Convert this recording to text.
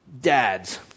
dads